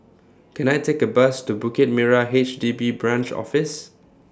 Can I Take A Bus to Bukit Merah H D B Branch Office